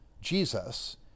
Jesus